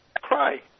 cry